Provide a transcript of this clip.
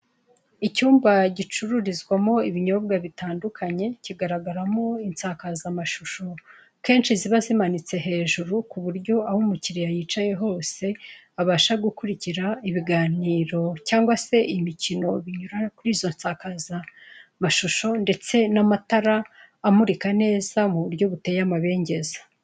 Icyumba gicururizwamo ibinyobwa bitandukanye, kigaragaramo insakazamashusho kenshi ziba zimanitse hejuru ku buryo aho umukiriya yicaye hose abasha gukurikira ibiganiro cyangwa se imikino binyura kuri izo nsakazamashusho ndetse n'amatara amurika neza mu buryo buteye amabengeza.